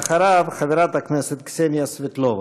אחריו, חברת הכנסת קסניה סבטלובה.